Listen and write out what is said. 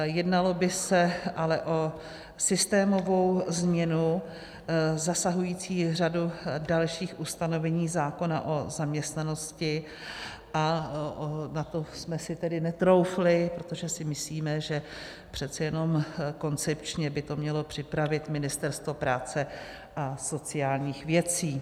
Jednalo by se ale o systémovou změnu zasahující řadu dalších ustanovení zákona o zaměstnanosti, a na to jsme si tedy netroufli, protože si myslíme, že přece jenom by to koncepčně mělo připravit Ministerstvo práce a sociálních věcí.